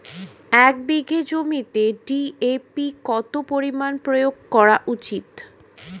এক বিঘে জমিতে ডি.এ.পি কত পরিমাণ প্রয়োগ করা উচিৎ?